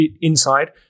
inside